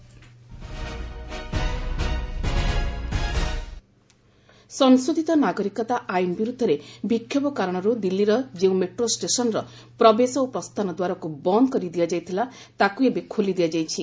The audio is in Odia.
ଦିଲ୍ଲୀ ପ୍ରୋଟେଷ୍ଟ ସଂଶୋଧିତ ନାଗରିକତା ଆଇନ୍ ବିରୁଦ୍ଧରେ ବିକ୍ଷୋଭ କାରଣରୁ ଦିଲ୍ଲୀର ଯେଉଁ ମେଟ୍ରୋ ଷ୍ଟେସନ୍ର ପ୍ରବେଶ ଓ ପ୍ରସ୍ଥାନ ଦ୍ୱାରକୁ ବନ୍ଦ କରିଦିଆଯାଇଥିଲା ତାକୁ ଏବେ ଖୋଲିଦିଆଯାଇଛି